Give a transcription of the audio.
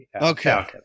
Okay